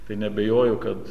tai neabejoju kad